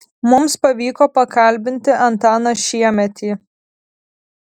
mums pavyko pakalbinti antaną šiemetį